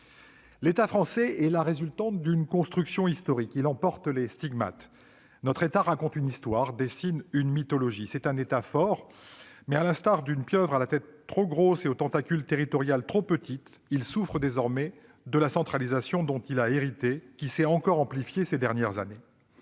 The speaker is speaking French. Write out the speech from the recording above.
L'État français est la résultante d'une construction historique ; il en porte les stigmates. Notre État raconte une histoire, dessine une mythologie. C'est un État fort, mais, à l'instar d'une pieuvre à la tête trop grosse et aux tentacules territoriaux trop petits, il souffre de la centralisation dont il a hérité et qui s'est encore amplifiée ces dernières années.